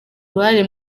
uruhare